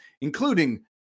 including